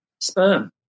sperm